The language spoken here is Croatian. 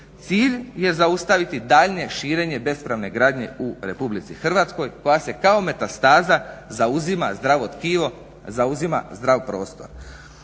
Cilj je zaustaviti daljnje širenje bespravne gradnje u RH koja se kao metastaza zauzima zdravo tkivo zauzima zdrav prostor.